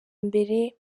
mbere